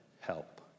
help